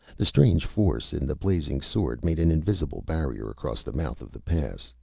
the strange force in the blazing sword made an invisible barrier across the mouth of the pass,